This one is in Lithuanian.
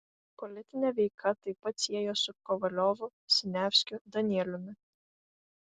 politinė veika taip pat siejo su kovaliovu siniavskiu danieliumi